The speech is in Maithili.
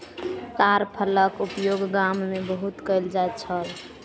ताड़ फलक उपयोग गाम में बहुत कयल जाइत छल